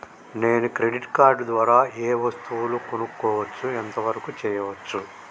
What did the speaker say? నేను credit card ద్వారా ఏం వస్తువులు కొనుక్కోవచ్చు ఎంత వరకు చేయవచ్చు?